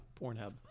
Pornhub